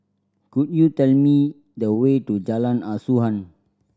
could you tell me the way to Jalan Asuhan